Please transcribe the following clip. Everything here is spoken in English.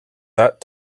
that